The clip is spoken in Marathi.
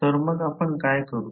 तर मग आपण काय करू